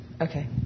Okay